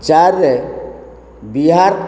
ଚାରିରେ ବିହାର